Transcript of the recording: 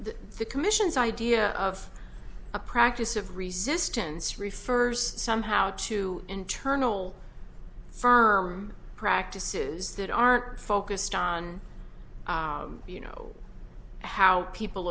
the commission's idea of a practice of resistance refers somehow to internal firm practices that aren't focused on you know how people